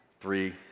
three